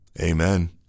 Amen